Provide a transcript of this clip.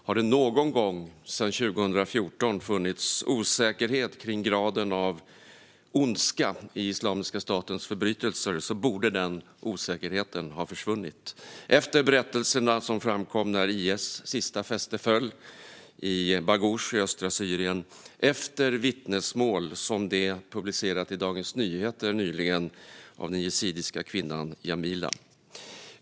Har det någon gång sedan 2014 funnits osäkerhet kring graden av ondska i Islamiska statens förbrytelser borde den osäkerheten ha försvunnit efter berättelserna som framkom när IS sista fäste föll i Baghouz i östra Syrien och efter vittnesmål från den yazidiska kvinnan Jamila som publicerades i Dagens Nyheter nyligen.